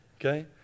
Okay